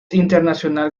internacional